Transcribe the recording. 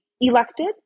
elected